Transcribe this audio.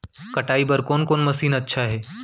कटाई बर कोन कोन मशीन अच्छा हे?